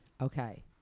Okay